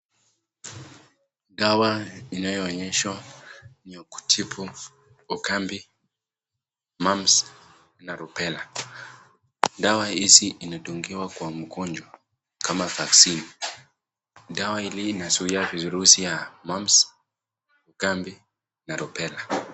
Dawa inayoonyeshwa ni ya kutibu ukambi, mumps na rubella, dawa hizi inadungiwa kwa mgonjwa kama vaccine ,dawa ili inazuia virusi ya mumps, ukambi na rubella.